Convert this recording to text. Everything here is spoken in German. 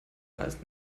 ralf